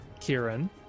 Kieran